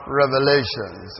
revelations